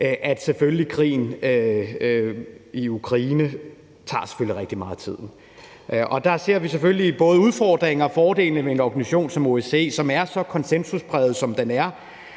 at krigen i Ukraine selvfølgelig tager rigtig meget af tiden. Der ser vi selvfølgelig både udfordringer og fordelene ved en organisation som OSCE, som er så konsensuspræget, som den er.